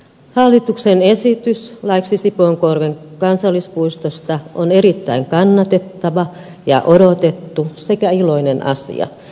hallituksen esitys laiksi sipoonkorven kansallispuistosta on erittäin kannatettava ja odotettu sekä iloinen asia